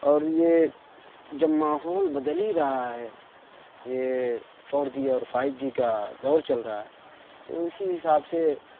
اور یہ جب ماحول بدل ہی رہا ہے یہ فور جی اور فائیو جی کا دور چل رہا ہے تو اسی حساب سے